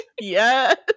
Yes